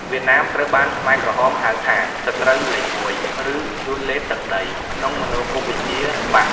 វៀតណាមត្រូវបានខ្មែរក្រហមហៅថា «សត្រូវលេខមួយ» ឬ «យួនលេបទឹកដី» ក្នុងមនោគមវិជ្ជាបក្ស។